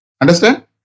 Understand